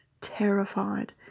terrified